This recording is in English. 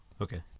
okay